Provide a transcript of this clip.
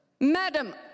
Madam